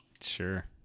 sure